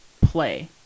play